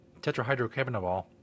tetrahydrocannabinol